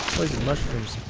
mushrooms.